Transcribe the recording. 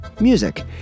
Music